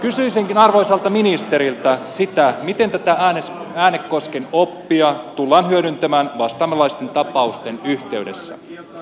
kysyisinkin arvoisalta ministeriltä sitä miten tätä äänekosken oppia tullaan hyödyntämään vastaavanlaisten tapausten yhteydessä